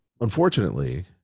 unfortunately